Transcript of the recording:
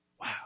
wow